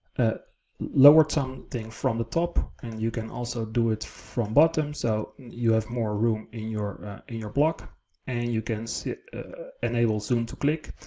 a lower tone thing from the top, and you can also do it from bottom. so you have more room in your in your block and you can see enables them to click,